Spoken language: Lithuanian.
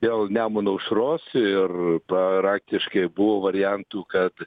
dėl nemuno aušros ir praktiškai buvo variantų kad